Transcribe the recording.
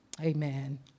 Amen